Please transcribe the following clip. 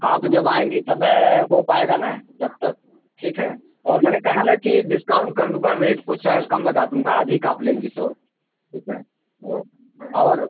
आप जब आएँगी तबै हो पाएगा न जब तब ठीक है और मैंने कहा ना कि डिस्काउंट कर दूँगा रेट कुछ कम लगा दूँगा अधिक आप लेंगी तो ठीक है और और